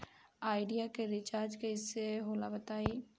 Idea के recharge कइसे होला बताई?